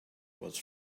was